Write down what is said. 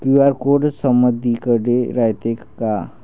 QR code समदीकडे रायतो का?